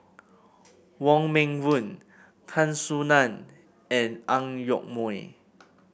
Wong Meng Voon Tan Soo Nan and Ang Yoke Mooi